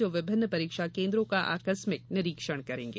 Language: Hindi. जो विभिन्न परीक्षा केन्द्रों का आकस्मिक निरीक्षण करेंगे